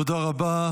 תודה רבה.